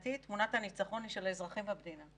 מבחינתי תמונת הניצחון היא של האזרחים במדינה.